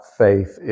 faith